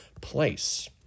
place